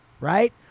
right